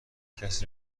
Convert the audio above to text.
کسی